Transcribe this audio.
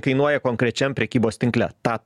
kainuoja konkrečiam prekybos tinkle tą